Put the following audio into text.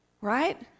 Right